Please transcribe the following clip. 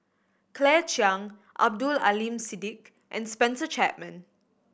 Claire Chiang Abdul Aleem Siddique and Spencer Chapman